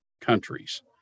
countries